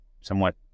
somewhat